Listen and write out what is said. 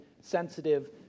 sensitive